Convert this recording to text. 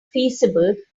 feasible